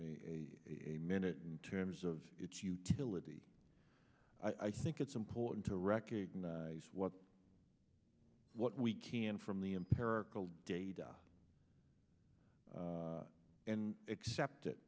a minute and terms of its utility i think it's important to recognize what what we can from the imperiled data and accept it